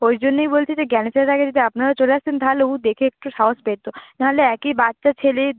ওই জন্যই বলছি যে জ্ঞান ফেরার আগে যদি আপনারা চলে আসতেন তাহালে ও দেখে একটু সাহস পেত না হলে একই বাচ্চা ছেলে